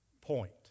point